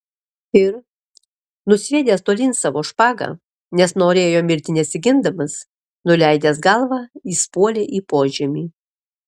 ir nusviedęs tolyn savo špagą nes norėjo mirti nesigindamas nuleidęs galvą jis puolė į požemį